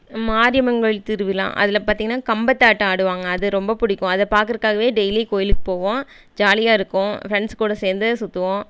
மாரியம்மன் கோயில் திருவிழா அதில் பார்த்தீங்கன்னா கம்பத்து ஆட்டம் ஆடுவாங்க அது ரொம்ப பிடிக்கும் அதை பார்க்குறக்காகவே டெய்லி கோயிலுக்கு போவோம் ஜாலியாக இருக்கும் ஃப்ரெண்ட்ஸ் கூட சேர்ந்து சுற்றுவோம்